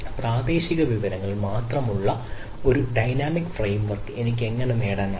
പ്രാദേശിക വിവരങ്ങൾ മാത്രമുള്ള ഒരു ചലനാത്മക ഫ്രെയിംവർക് എനിക്ക് എങ്ങനെ നേടാനാകും